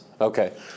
Okay